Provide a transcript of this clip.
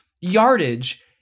yardage